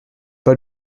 pas